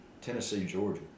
Tennessee-Georgia